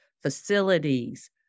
facilities